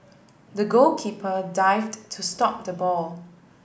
the goalkeeper dived to stop the ball